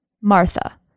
Martha